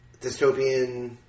dystopian